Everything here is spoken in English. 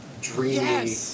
dreamy